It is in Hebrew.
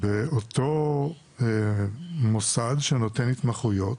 באותו מוסד שנותן התמחויות,